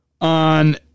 on